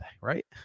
right